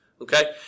Okay